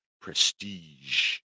prestige